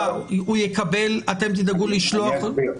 אתם תדאגו --- אני אסביר.